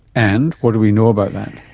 and what do we know about that?